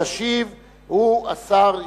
מתייחסים בראש הישיבות של השבוע להצעות